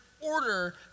order